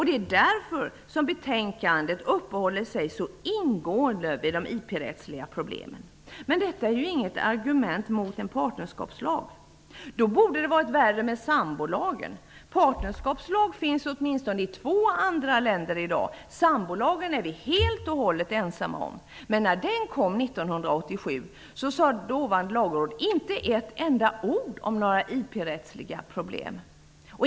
Det är därför som man i betänkandet så ingående uppehåller sig vid de IP-rättsliga problemen. Men detta är ju inget argument mot en partnerskapslag. Då borde det vara värre med sambolagen. Partnerskapslag finns i åtminstone två andra länder i dag, och sambolagen är vi helt och hållet ensamma om. Men när den kom 1987 sade Lagrådet inte ett enda ord om några IP-rättsliga problem.